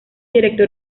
director